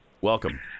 Welcome